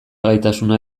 gaitasuna